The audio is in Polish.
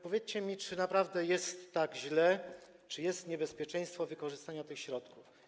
Powiedzcie mi, czy naprawdę jest tak źle, czy jest niebezpieczeństwo niewykorzystania tych środków?